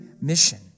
mission